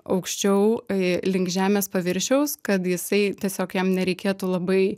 aukščiau i link žemės paviršiaus kad jisai tiesiog jam nereikėtų labai